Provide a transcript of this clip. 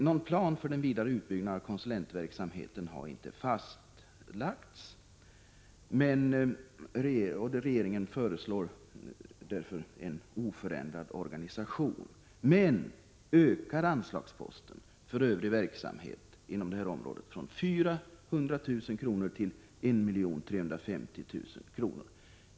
Någon plan för den vidare utbyggnaden av konsulentverksamheten har inte fastlagts, och regeringen föreslår därför oförändrad organisation men ökar anslagsposten för övrig verksamhet inom det här området från 400 000 kr. till 1 350 000 kr.